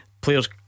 Players